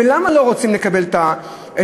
ולמה הם לא רוצים לקבל את הטיפול?